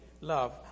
love